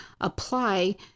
apply